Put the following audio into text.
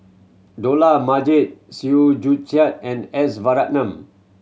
Dollah Majid Chew Joo Chiat and S Varathan